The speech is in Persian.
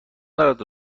دارد